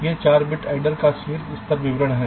यह 4 bit adder का शीर्ष स्तर विवरण है